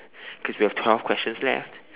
cause we have twelve questions left